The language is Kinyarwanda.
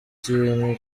ikintu